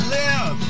live